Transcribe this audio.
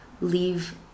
leave